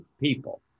people